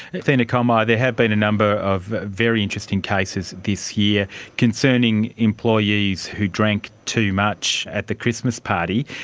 athena koelmeyer, there have been a number of very interesting cases this year concerning employees who drank too much at the christmas party.